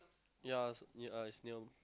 ya it's yeah it's near